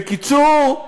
בקיצור,